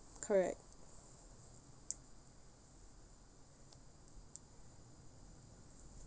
correct